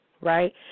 right